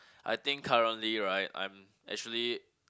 I think currently right I'm actually